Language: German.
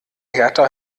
hertha